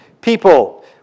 people